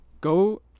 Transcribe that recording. Go